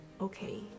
Okay